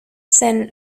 scène